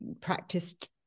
practiced